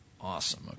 Awesome